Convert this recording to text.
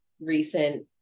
recent